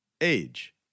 Age